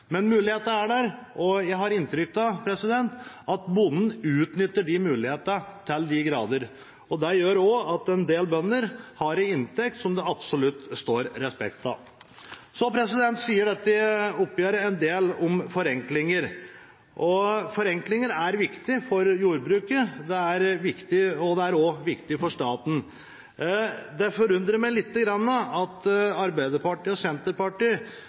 men muligheten er der, og jeg har inntrykk av at bonden utnytter de mulighetene til de grader. Det gjør også at en del bønder har en inntekt som det absolutt står respekt av. Så sier dette oppgjøret en del om forenklinger. Forenklinger er viktig for jordbruket, og det er også viktig for staten. Det forundrer meg litt at Arbeiderpartiet og Senterpartiet